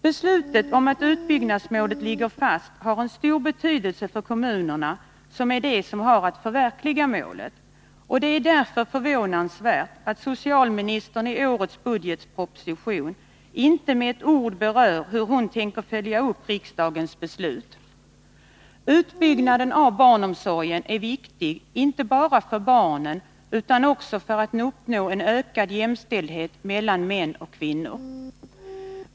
Beslutet om att utbyggnadsmålet ligger fast har en stor betydelse för kommunerna, som har att förverkliga målet. Det är därför förvånansvärt att socialministern i årets budgetproposition inte med ett ord berör hur hon tänker följa upp riksdagens beslut. Utbyggnaden av barnomsorgen är viktig, inte bara för barnen utan också för att vi skall uppnå en ökad jämställdhet mellan män och kvinnor.